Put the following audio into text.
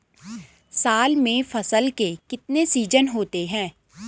साल में फसल के कितने सीजन होते हैं?